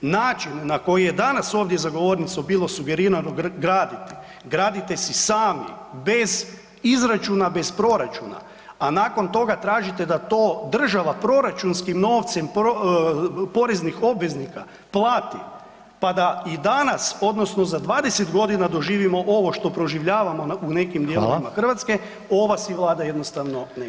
Način na koji je danas ovdje za govornicom bilo sugerirano graditi, gradite si sami bez izračuna, bez proračuna a nakon toga tražite da to država proračunskim novcem poreznih obveznika plati pa da i danas odnosno za 20 g. doživimo ovo što proživljavamo u nekim dijelovima Hrvatske, ova si Vlada jednostavno neće dozvoliti.